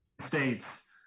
states